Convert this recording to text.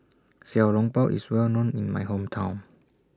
Xiao Long Bao IS Well known in My Hometown